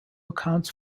accounts